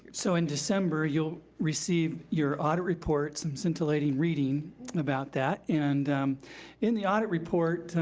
so in december, you'll receive your audit reports, some scintillating reading about that. and in the audit report,